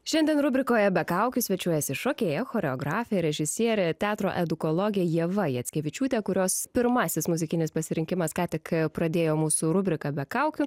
šiandien rubrikoje be kaukių svečiuojasi šokėja choreografė režisierė teatro edukologė ieva jackevičiūtė kurios pirmasis muzikinis pasirinkimas ką tik pradėjo mūsų rubriką be kaukių